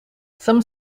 some